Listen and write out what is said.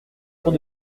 trop